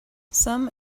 some